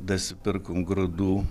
dasipirkom grūdų